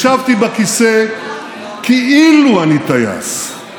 ישבתי בכיסא כאילו אני טייס.